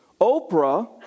Oprah